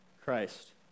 Christ